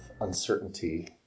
uncertainty